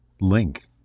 link